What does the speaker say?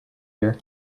here